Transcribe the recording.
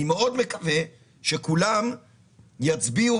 אני מקווה שכולם יצביעו